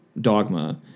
dogma